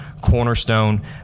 cornerstone